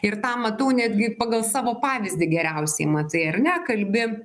ir tą matau netgi pagal savo pavyzdį geriausiai matai ar ne kalbi